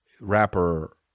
rapper